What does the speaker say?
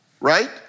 Right